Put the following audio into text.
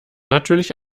natürlich